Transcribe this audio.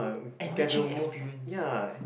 enriching experience